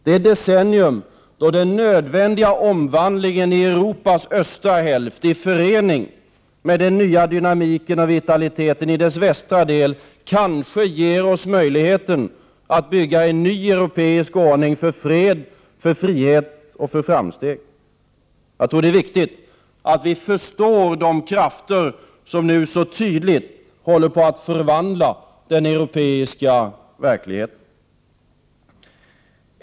Det decennium då den nödvändiga omvandlingen i Europas östra hälft, i förening med den nya dynamiken och vitaliteten i dess västra del, kanske ger oss möjligheten att bygga en ny europeisk ordning för frihet, fred och framsteg. Jag tror att det är viktigt att vi förstår de krafter som nu så tydligt håller på att förvandla den europeiska verkligheten.